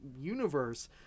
universe